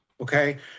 okay